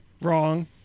Wrong